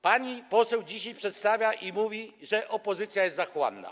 Pani poseł dzisiaj przedstawia ją i mówi, że opozycja jest zachłanna.